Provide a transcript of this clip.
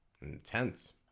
intense